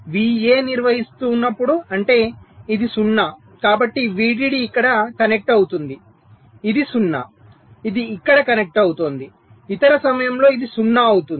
VA నిర్వహిస్తున్నప్పుడు అంటే ఇది 0 కాబట్టి VDD ఇక్కడ కనెక్ట్ అవుతుంది ఇది 0 ఇది ఇక్కడ కనెక్ట్ అవుతోంది ఇతర సమయంలో ఇది 0 అవుతుంది